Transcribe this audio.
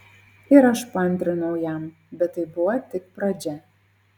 ir aš paantrinau jam bet tai buvo tik pradžia